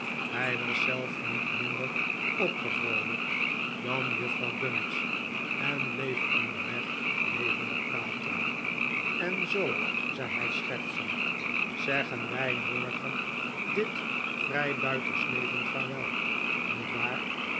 hij was zelf niet minder opgevroolijkt dan juffrouw gummidge en bleef onderweg levendig praten en zoo zei hij schertsend zeggen wij morgen dit vrijbuitersleven vaarwel niet waar